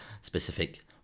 specific